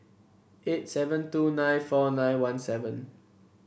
eight seven two nine four nine one seven